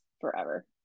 forever